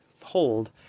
hold